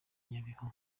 nyabihu